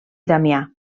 damià